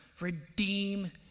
Redeem